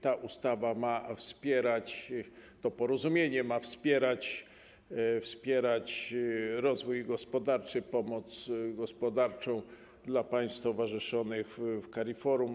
Ta ustawa ma wspierać to porozumienie, ma wspierać rozwój gospodarczy, pomoc gospodarczą dla państw stowarzyszonych w CARIFORUM.